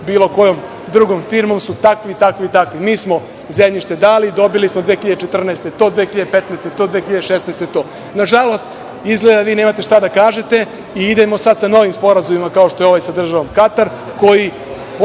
bilo kojom drugom firmom su takvi i takvi. Mi smo zemljište dali. Dobili smo 2014. godine to, 2015. godine to, 2016. godine to. Nažalost, izgleda da vi nemate šta da kažete i idemo sada sa novim sporazumima kao što je ovaj sa državom Katar, koji